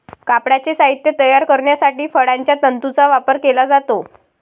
कापडाचे साहित्य तयार करण्यासाठी फळांच्या तंतूंचा वापर केला जातो